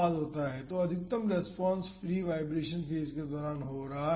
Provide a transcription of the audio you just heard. तो अधिकतम response free vibration phase के दौरान हो रहा है